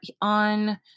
on